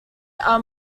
are